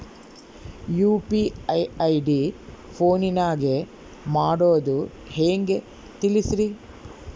UPI ID ಫೋನಿನಾಗ ಮಾಡೋದು ಹೆಂಗ ತಿಳಿಸ್ರಿ?